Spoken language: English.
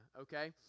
okay